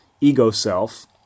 ego-self